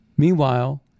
Meanwhile